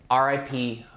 RIP